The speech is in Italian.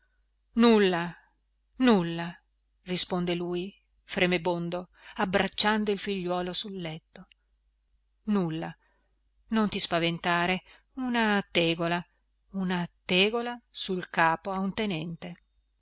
nulla nulla risponde lui fremebondo abbracciando il figliuolo sul letto nulla non ti spaventare una tegola una tegola sul capo a un tenente